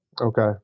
Okay